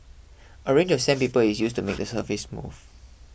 a range of sandpaper is used to make the surface smooth